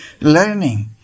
learning